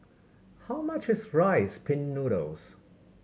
how much is Rice Pin Noodles